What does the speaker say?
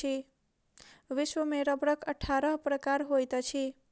विश्व में रबड़क अट्ठारह प्रकार होइत अछि